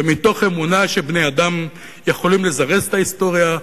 ומתוך אמונה שבני-אדם יכולים לזרז את ההיסטוריה,